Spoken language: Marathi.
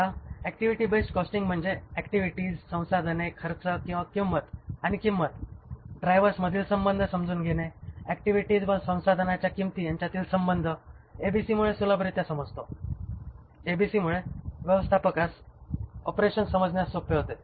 आता अॅक्टिव्हिटी बेस्ड कॉस्टिंग म्हणजे ऍक्टिव्हिटीज संसाधने खर्च आणि किंमत ड्रायव्हर्समधील संबंध समजून घेणे ऍक्टिव्हिटीज व संसाधनांच्या किंमती यांच्यातील संबंध ABC मुळे सुलभरित्या समजतो ABC मुळे व्यवस्थापकास ऑपरेशन्स समजण्यास सोपे होते